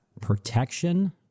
protection